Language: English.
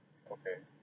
okay